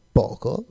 poco